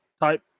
type